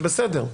זה בסדר.